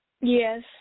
Yes